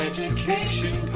Education